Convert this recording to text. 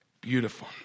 beautiful